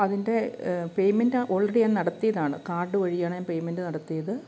അതിൻ്റെ payment already ഞാൻ നടത്തിയതാണ് കാർഡ് വഴിയാണ് ഞാൻ പേയ്മെൻറ്റ് നടത്തിയത്